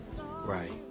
Right